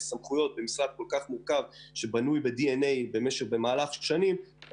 סמכויות במשרד כל כך מורכב שבנוי במהלך שנים,